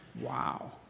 Wow